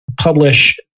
publish